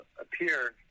appear